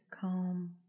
calm